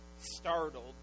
startled